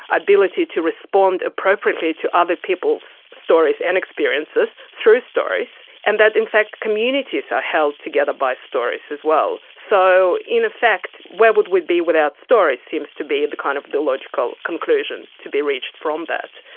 ability to respond appropriately to other people's stories and experiences through stories, and that in fact communities are held together by stories as well. so in effect where would we be without stories seems to be the kind of the logical conclusion to be reached from that.